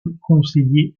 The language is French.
conseillers